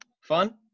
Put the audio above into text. Fun